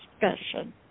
discussion